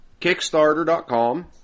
Kickstarter.com